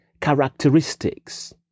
characteristics